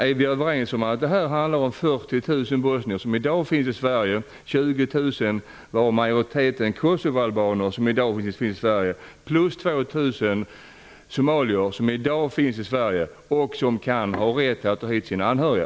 Är vi överens om att det handlar om 40 000 bosnier, 20 000 personer varav majoriteten kosovoalbaner och 2 000 somalier som i dag finns i Sverige och som kan ha rätt att ta hit sina anhöriga?